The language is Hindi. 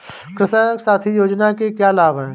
कृषक साथी योजना के क्या लाभ हैं?